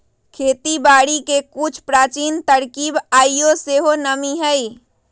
खेती बारिके के कुछ प्राचीन तरकिब आइयो सेहो नामी हइ